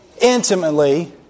intimately